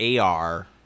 AR